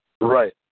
Right